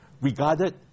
regarded